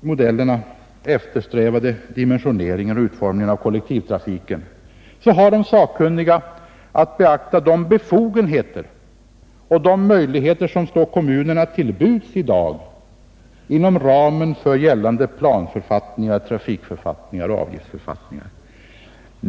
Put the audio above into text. modeller eftersträvade dimensioneringen och utformningen av kollektivtrafiken har de sakkunniga att beakta de befogenheter och möjligheter som står kommunerna till buds i dag inom ramen för gällande planförfattningar, trafikförfattningar och avgiftsförfattningar.